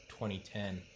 2010